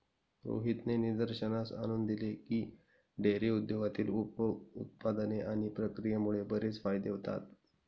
रोहितने निदर्शनास आणून दिले की, डेअरी उद्योगातील उप उत्पादने आणि प्रक्रियेमुळे बरेच फायदे होतात